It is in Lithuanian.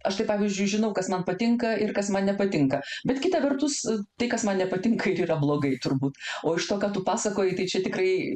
aš tai pavyzdžiui žinau kas man patinka ir kas man nepatinka bet kita vertus tai kas man nepatinka ir yra blogai turbūt o iš to ką tu pasakoji tai čia tikrai